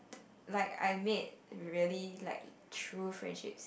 like I made really like true friendships